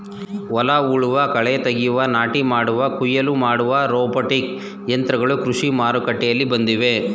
ಹೊಲ ಉಳುವ, ಕಳೆ ತೆಗೆಯುವ, ನಾಟಿ ಮಾಡುವ, ಕುಯಿಲು ಮಾಡುವ ರೋಬೋಟಿಕ್ ಯಂತ್ರಗಳು ಕೃಷಿ ಮಾರುಕಟ್ಟೆಯಲ್ಲಿ ಬಂದಿವೆ